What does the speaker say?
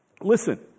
Listen